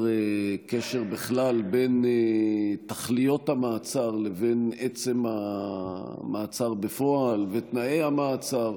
קשר בכלל בין תכליות המעצר לבין עצם המעצר בפועל ותנאי המעצר.